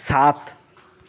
সাত